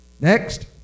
Next